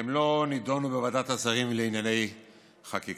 הן לא נדונו בוועדת השרים לענייני חקיקה.